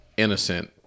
innocent